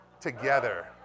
together